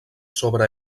sobre